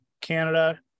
Canada